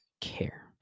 care